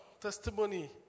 testimony